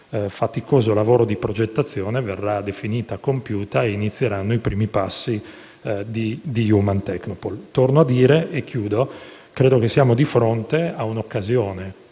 faticoso impegno di progettazione verrà definita compiuta ed inizieranno i primi passi di Human Technopole. Torno a dire, e chiudo, che ritengo si sia di fronte ad un'occasione,